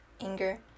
anger